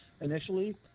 initially